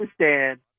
understand